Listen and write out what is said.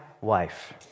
wife